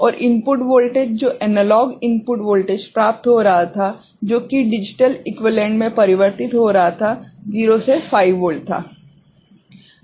और input voltage जो analog input voltage प्राप्त हो रहा था जो कि डिजिटल इक्वीवेलेंट में परिवर्तित हो रहा था 0 से 5 वोल्ट था